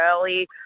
early